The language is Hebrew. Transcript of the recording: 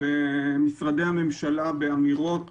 במשרדי הממשלה באמירות